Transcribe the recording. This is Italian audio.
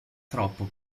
troppo